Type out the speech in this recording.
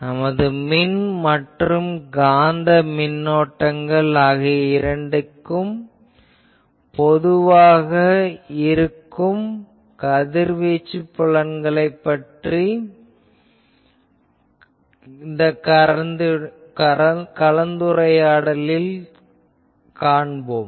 நமது மின் மற்றும் காந்த மின்னோட்டங்கள் ஆகிய இரண்டும் இருக்கும் போதான கதிர்வீச்சு புலங்களின் கலந்துரையாடலை தொடர்வோம்